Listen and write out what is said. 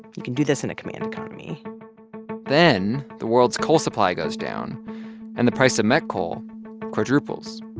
you can do this in a command economy then the world's coal supply goes down and the price of met coal quadruples.